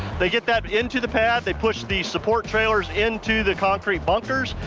they get that into the pad, they push the support trailers into the concrete bunkers,